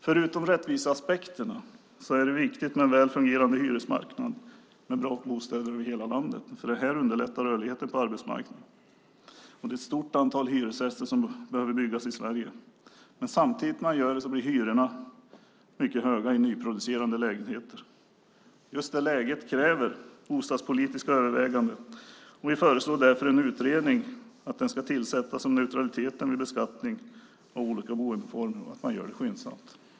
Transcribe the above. Förutom rättviseaspekterna är det viktigt med en väl fungerande hyresmarknad med bra bostäder över hela landet. Det underlättar rörligheten på arbetsmarknaden. Ett stort antal hyresrätter behöver byggas i Sverige. Samtidigt blir hyrorna i nyproducerade lägenheter mycket höga. Just det läget kräver bostadspolitiska överväganden. Vi föreslår därför att man skyndsamt tillsätter en utredning om neutralitet vid beskattning av olika boendeformer.